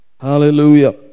Hallelujah